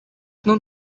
known